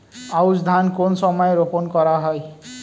আউশ ধান কোন সময়ে রোপন করা হয়?